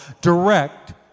direct